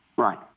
Right